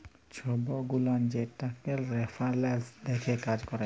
ছব গুলান যে টাকার রেফারেলস দ্যাখে কাজ ক্যরে